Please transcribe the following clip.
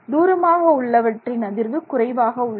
தூரமாக உள்ளவற்றின் அதிர்வு குறைவாக உள்ளது